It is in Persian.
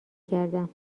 کردم